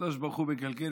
הקדוש ברוך הוא מגלגל,